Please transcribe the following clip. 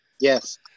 Yes